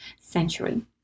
century